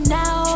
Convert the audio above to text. now